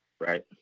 right